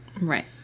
Right